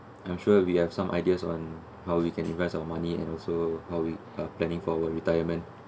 I'm sure we have some ideas on how we can invest our money and also how we are planning for our retirement